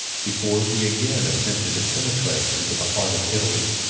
before he again attempted to penetrate into the heart of italy.